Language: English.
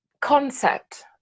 concept